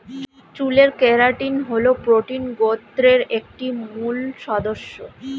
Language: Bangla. চুলের কেরাটিন হল প্রোটিন গোত্রের একটি মূল সদস্য